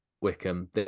wickham